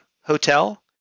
Hotel